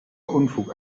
unfug